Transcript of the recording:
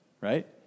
right